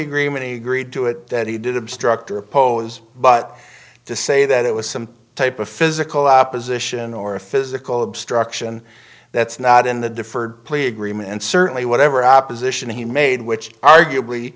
agreement and agreed to it that he did obstruct or oppose but to say that it was some type of physical opposition or a physical obstruction that's not in the deferred plea agreement and certainly whatever opposition he made which arguably